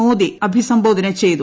മോദി അഭിസംബോധന ചെയ്തു